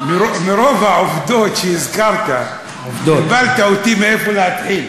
מרוב העובדות שהזכרת, בלבלת אותי, מאיפה להתחיל.